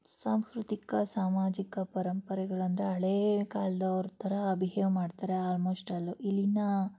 ಸಾಂಸ್ಕೃತಿಕ ಸಾಮಾಜಿಕ ಪರಂಪರೆಗಳಂದರೆ ಹಳೇ ಕಾಲ್ದವ್ರ ಥರ ಬಿಹೇವ್ ಮಾಡ್ತಾರೆ ಆಲ್ಮೋಸ್ಟಲ್ಲೂ ಇಲ್ಲಿನ